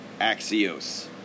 Axios